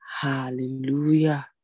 Hallelujah